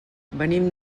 venim